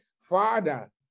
Father